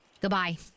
Goodbye